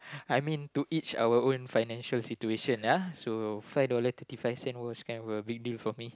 I mean to each our own financial situation ah so five dollars thirty five cents was kind of a big deal for me